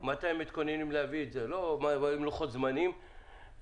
אוי ואבוי אם גוף האדם היה עובד ככה